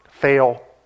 fail